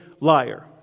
liar